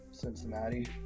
Cincinnati